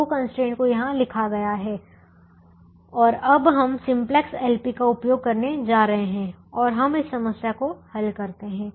दो कंस्ट्रेंट को यहां लिखा गया है और अब हम सिम्प्लेक्स एलपी का उपयोग करने जा रहे हैं और हम इस समस्या को हल करते हैं